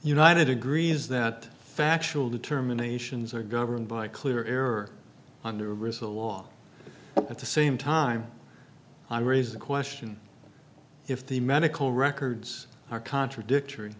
united agrees that factual determinations are governed by clear error on the result law at the same time i raise the question if the medical records are contradictory